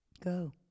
Go